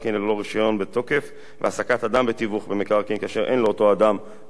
בתוקף והעסקת אדם בתיווך במקרקעין כאשר אין לאותו אדם רשיון בתוקף.